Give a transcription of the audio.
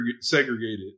segregated